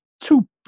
two –